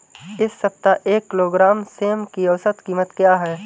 इस सप्ताह एक किलोग्राम सेम की औसत कीमत क्या है?